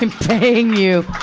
um paying you!